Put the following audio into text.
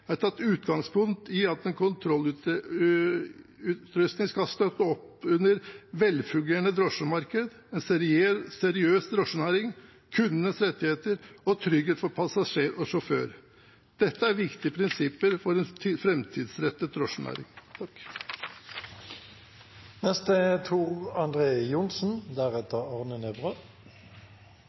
er det tatt utgangspunkt i at en kontrollutrustning skal støtte opp under et velfungerende drosjemarked, en seriøs drosjenæring, kundenes rettigheter og trygghet for passasjer og sjåfør. Dette er viktige prinsipper for en fremtidsrettet drosjenæring.